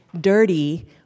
dirty